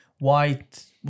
White